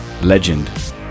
Legend